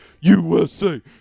USA